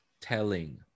telling